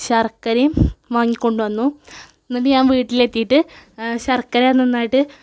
ശർക്കരയും വാങ്ങിക്കൊണ്ടുവന്നു എന്നിട്ട് ഞാൻ വീട്ടിലെത്തിയിട്ട് ശർക്കര നന്നായിട്ട്